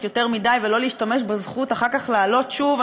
יותר מדי ולא להשתמש בזכות לעלות שוב,